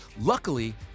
Luckily